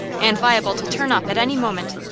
and liable to turn up at any moment.